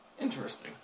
Interesting